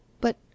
But